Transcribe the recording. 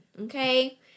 okay